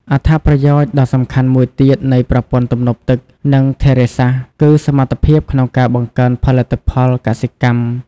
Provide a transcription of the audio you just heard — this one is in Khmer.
អត្ថប្រយោជន៍ដ៏សំខាន់មួយទៀតនៃប្រព័ន្ធទំនប់ទឹក និងធារាសាស្ត្រ គឺសមត្ថភាពក្នុងការបង្កើនទិន្នផលកសិកម្ម។